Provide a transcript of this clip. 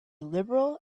liberal